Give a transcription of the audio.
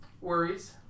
worries